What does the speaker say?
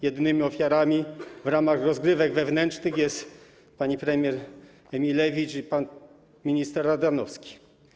Jedynymi ofiarami w ramach rozgrywek wewnętrznych są pani premier Emilewicz i pan minister Ardanowski.